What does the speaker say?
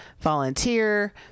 volunteer